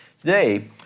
Today